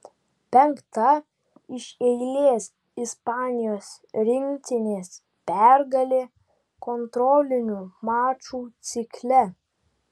penkta iš eilės ispanijos rinktinės pergalė kontrolinių mačų cikle